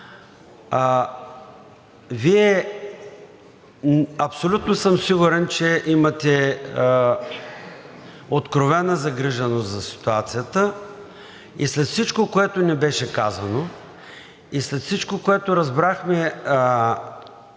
Вие, абсолютно съм сигурен, че имате откровена загриженост за ситуацията и след всичко, което ни беше казано, и след всичко, което разбрахме,